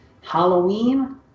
Halloween